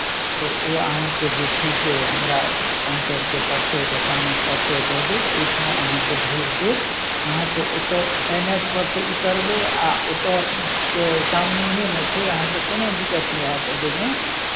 तऽ ओ अहाँकेँ जे छै से हमरा काउंटरके परिचय दोकानक परिचय दऽ देत ओहिठाम अहाँकेँ भेज देत अहाँकेँ ओतय एन एच पर सँ उतरबै आ ओतयसँ सामनेएमे छै अहाँकेँ कोनो दिक्कत नहि हैत अबयमे